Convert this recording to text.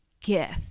gift